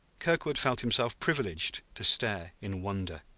kirkwood felt himself privileged to stare in wonder.